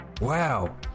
Wow